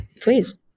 please